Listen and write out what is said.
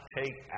take